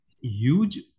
huge